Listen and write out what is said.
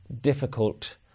difficult